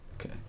Okay